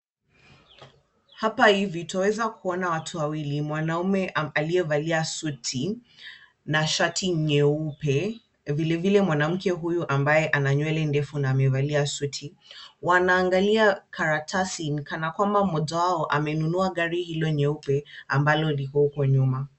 Hapa hivi, twaweza kuona watu wawili, mwanaume aliyevalia suti na shati nyeupe. Vilevile mwanamke huyu ambaye ana nywele ndefu na amevalia suti. Wanaangalia karatasi kana kwamba mmoja wao amenunua gari hilo nyeupe, ambalo liko huko nyuma.